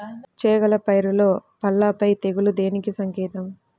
చేగల పైరులో పల్లాపై తెగులు దేనికి సంకేతం?